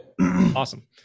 Awesome